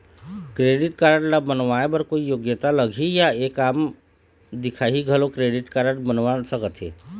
Credit card ला बनवाए बर कोई योग्यता लगही या एक आम दिखाही घलो क्रेडिट कारड बनवा सका थे?